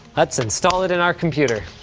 let's install it in our computer.